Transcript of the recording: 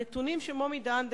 הנתונים שמומי דהן,